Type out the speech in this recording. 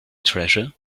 treasure